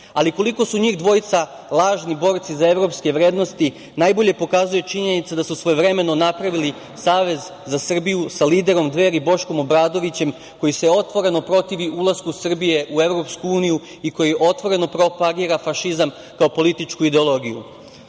ali koliko su njih dvojica lažni borci za evropske vrednosti najbolje pokazuje činjenica da su svojevremeno napravili Savez za Srbiju, sa liderom Dveri, Boškom Obradovićem, koji se otvoreno protivi ulasku Srbije u EU, i koji otvoreno propagira fašizam kao političku ideologiju.Za